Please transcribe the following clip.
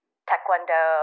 Taekwondo